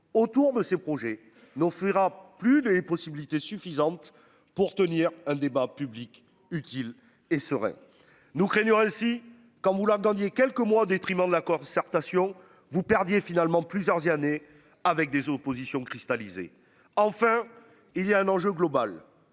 autour de ces projets n'offrira plus des possibilités suffisantes pour tenir un débat public utile et serait nous craignons si quand vous leur donniez quelques mois au détriment de l'accord certes station vous perdiez finalement plusieurs années avec des oppositions cristallisé enfin il y a un enjeu global,